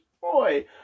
boy